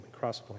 Crosspoint